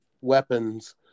weapons